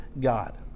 God